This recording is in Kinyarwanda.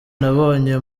nabonye